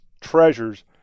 treasures